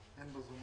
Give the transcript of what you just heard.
כמה זה יעיל